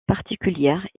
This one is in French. particulière